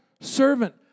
servant